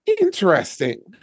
Interesting